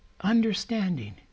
Understanding